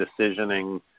decisioning